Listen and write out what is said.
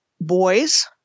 boys